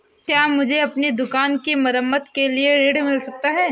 क्या मुझे अपनी दुकान की मरम्मत के लिए ऋण मिल सकता है?